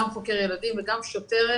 גם חוקר ילדים וגם שוטרת